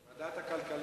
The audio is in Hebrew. ועדת הכלכלה.